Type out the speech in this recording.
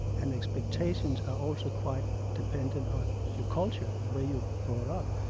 and expectations are also quite dependent on your culture and the way you're brought up.